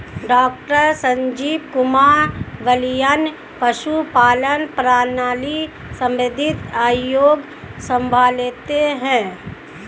doctor Sanjeev Kumar Balyan पशुपालन प्रणाली संबंधित आयोग संभालते हैं